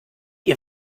ihr